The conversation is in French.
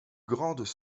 grandes